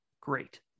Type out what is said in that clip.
great